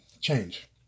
Change